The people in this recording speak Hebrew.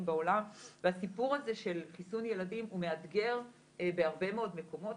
בעולם והסיפור הזה של חיסון ילדים הוא מאתגר בהרבה מאוד מקומות.